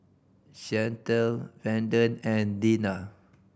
Shantell Brendon and Deanna